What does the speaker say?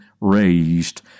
raised